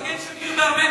אבל אין שגריר בארמניה.